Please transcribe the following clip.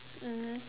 mmhmm